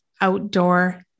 outdoor